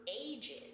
ages